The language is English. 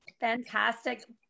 Fantastic